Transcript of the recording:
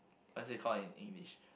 what's it called in English